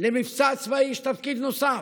למבצע צבאי יש תפקיד נוסף,